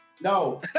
No